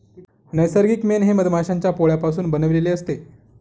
नैसर्गिक मेण हे मधमाश्यांच्या पोळापासून बनविलेले असते